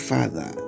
Father